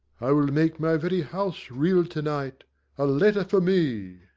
i will make my very house reel to-night a letter for me?